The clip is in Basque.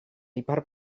ipar